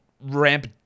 ramp